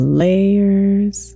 layers